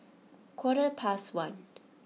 quarter past one